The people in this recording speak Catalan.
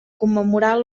commemorar